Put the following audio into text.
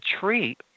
treat